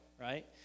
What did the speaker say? right